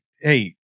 hey